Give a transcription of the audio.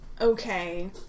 okay